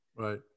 Right